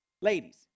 ladies